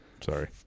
Sorry